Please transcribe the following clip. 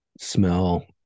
Smell